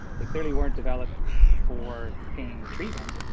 they clearly weren't developed for pain treatment,